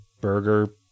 burger